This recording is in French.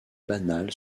banal